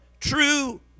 true